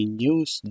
news